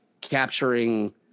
capturing